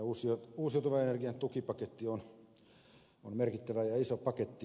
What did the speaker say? tämä uusiutuvan energian tukipaketti on merkittävä ja iso paketti